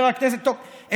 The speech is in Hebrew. טוב,